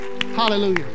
Hallelujah